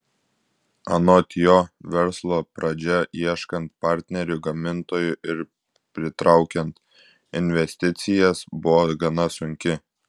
anot jo verslo pradžia ieškant partnerių gamintojų ir pritraukiant investicijas buvo gana sunki